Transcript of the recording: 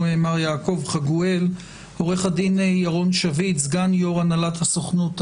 ובעיקר הפורום המרכזי שצריך להתכנס,